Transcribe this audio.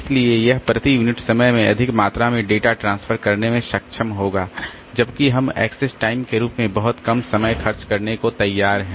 इसलिए यह प्रति यूनिट समय में अधिक मात्रा में डेटा ट्रांसफर करने में सक्षम होगा जबकि हम एक्सेस टाइम के रूप में बहुत कम समय खर्च करने को तैयार हैं